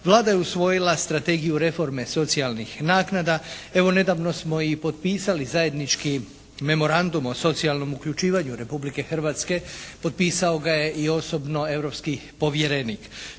Vlada je usvojila Strategiju reforme socijalnih naknada. Evo nedavno smo i potpisali zajednički Memorandum o socijalnom uključivanju Republike Hrvatske. Potpisao ga je i osobno europski povjerenik.